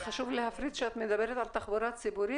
וחשוב להפריד שאת מדברת על תחבורה ציבורית